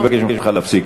אני מבקש ממך להפסיק.